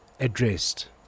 addressed